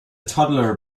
toddler